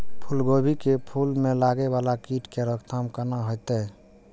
फुल गोभी के फुल में लागे वाला कीट के रोकथाम कौना हैत?